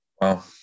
Wow